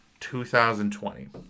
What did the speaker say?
2020